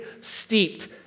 steeped